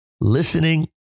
listening